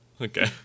Okay